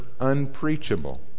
unpreachable